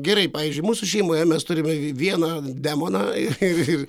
gerai pavyzdžiui mūsų šeimoje mes turime vieną demoną ir